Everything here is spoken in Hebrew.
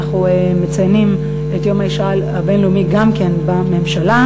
אנחנו מציינים את יום האישה הבין-לאומי גם בממשלה.